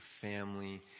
family